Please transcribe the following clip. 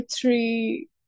three